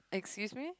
excuse me